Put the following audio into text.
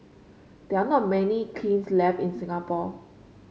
they are not many kilns left in Singapore